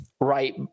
right